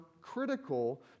critical